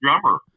drummer